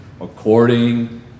according